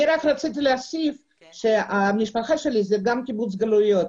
אני רציתי לומר שהמשפחה שלי היא גם קיבוץ גלויות.